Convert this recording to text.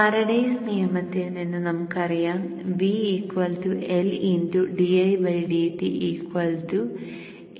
Faraday's നിയമത്തിൽ Faradays law നിന്ന് നമുക്ക് അറിയാം V L didt Ndψdt